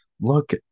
look